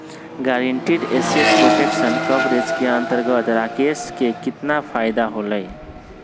Guaranteed asset protection coverage के अंतर्गत राकेश के कितना फायदा होलय?